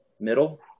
Middle